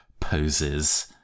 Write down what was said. poses